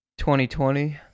2020